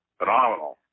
phenomenal